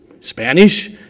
Spanish